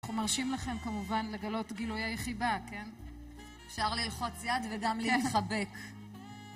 אנחנו מרשים לכם כמובן לגלות גילוי היחיבה, כן? אפשר ללחוץ יד וגם להתחבק.